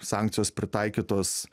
sankcijos pritaikytos